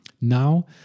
Now